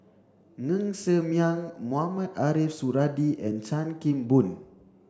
Ng Ser Miang Mohamed Ariff Suradi and Chan Kim Boon